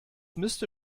müsste